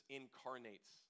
incarnates